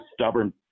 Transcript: stubborn